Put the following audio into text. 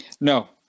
no